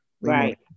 Right